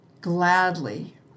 gladly